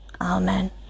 Amen